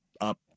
up